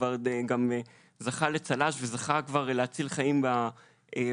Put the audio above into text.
שכבר זכה גם לצל"ש וזכה כבר להציל חיים בצבא,